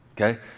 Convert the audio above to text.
Okay